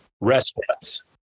restaurants